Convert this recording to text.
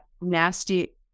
nasty